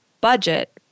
budget